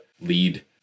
lead